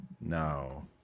No